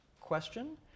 question